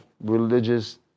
religious